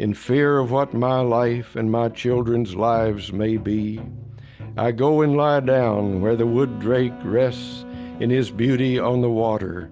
in fear of what my life and my children's lives may be i go and lie down where the wood drake rests in his beauty on the water,